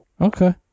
Okay